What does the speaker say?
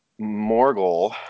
morgul